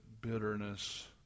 bitterness